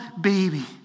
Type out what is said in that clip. baby